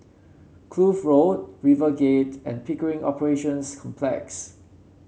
Kloof Road RiverGate and Pickering Operations Complex